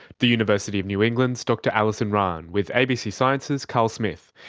the university of new england's dr alison rahn with abc science's carl smith.